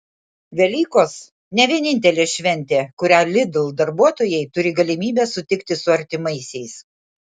velykos ne vienintelė šventė kurią lidl darbuotojai turi galimybę sutikti su artimiausiais